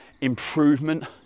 improvement